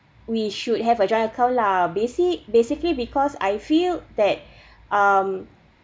we should have a joint account lah basic basically because I feel that um